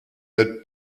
n’êtes